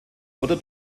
oder